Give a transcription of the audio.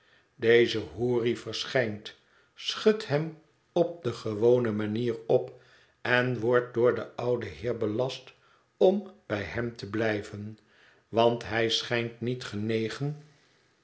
deze houri verschijnt schudt hem op de gewone manier op en wordt door den ouden heer belast om bij hem te blijven want hij schijnt niet genegen